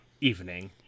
evening